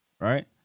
right